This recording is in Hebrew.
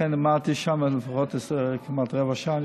לכן אני חושב שעמדתי שם לפחות כמעט רבע שעה.